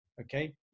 Okay